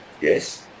yes